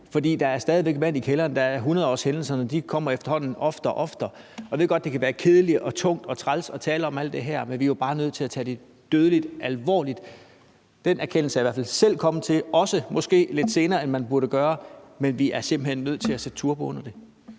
der er stadig væk vand i kældrene, og 100-årshændelserne kommer efterhånden oftere og oftere. Jeg ved godt, at det kan være kedeligt og tungt og træls at tale om alt det her, men vi er jo bare nødt til at tage det dødsens alvorligt. Den erkendelse er jeg i hvert fald selv kommet til, også måske lidt senere, end man burde gøre, men vi er simpelt hen nødt til at sætte turbo på det.